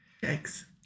Thanks